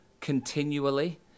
continually